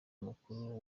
mukuru